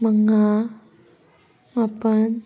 ꯃꯉꯥ ꯃꯥꯄꯜ